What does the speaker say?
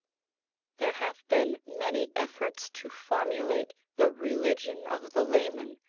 there have been many efforts to formulate the religion of the layman,